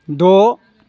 द'